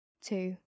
two